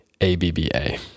A-B-B-A